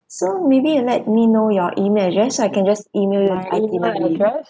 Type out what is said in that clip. so maybe you let me know your email address I can just email you the itinerary